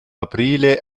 aprile